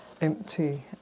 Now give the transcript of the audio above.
empty